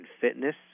fitness